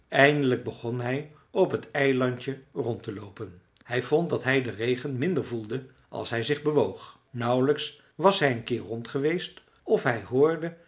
eindelijk begon hij op het eilandje rond te loopen hij vond dat hij den regen minder voelde als hij zich bewoog nauwlijks was hij een keer rond geweest of hij hoorde